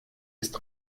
ist